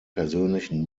persönlichen